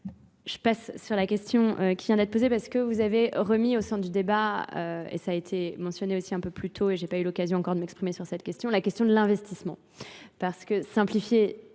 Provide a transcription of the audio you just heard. Je passe sur la question qui vient d'être posée parce que vous avez remis au centre du débat, et ça a été mentionné aussi un peu plus tôt et j'ai pas eu l'occasion encore de m'exprimer sur cette question, la question de l'investissement. Parce que simplifier